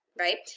right.